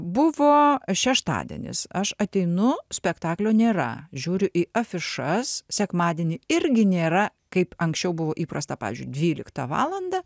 buvo šeštadienis aš ateinu spektaklio nėra žiūriu į afišas sekmadienį irgi nėra kaip anksčiau buvo įprasta pavyzdžiui dvyliktą valandą